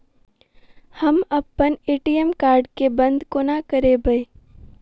हम अप्पन ATM card केँ बंद कोना करेबै?